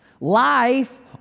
Life